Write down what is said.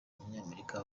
umunyamerika